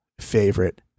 favorite